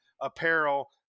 apparel